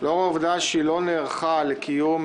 לאור העובדה שהיא לא נערכה לקיום